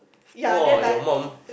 mom your mom